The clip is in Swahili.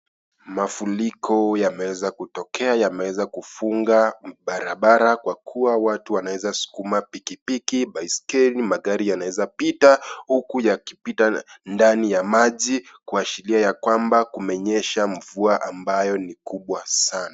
Mafuriko yameweza kutokea, ya meweza kufunga, barabara, kwakua, watu waneweza sukuma piki-piki, baiskeli, magari yanaweza pita huku yakipita ndani ya maji, kuashiria ya kwamba kumenyesha mvua ambayo ni kubwa sana.